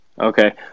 Okay